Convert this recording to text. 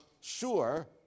sure